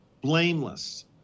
blameless